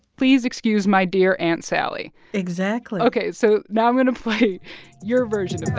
please excuse my dear aunt sally exactly ok. so now i'm going to play your version